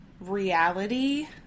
reality